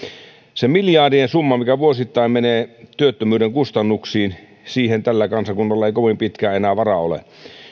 siihen miljardien summaan mikä vuosittain menee työttömyyden kustannuksiin tällä kansakunnalla ei kovin pitkään enää varaa ole